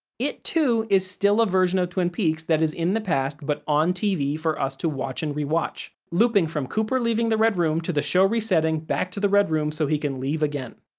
it too is still a version of twin peaks that is in the past but on tv for us to watch and re-watch, looping from cooper leaving the red room to the show resetting back to the red room so he can leave again.